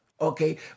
Okay